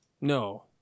No